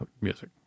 music